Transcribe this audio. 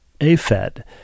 AFED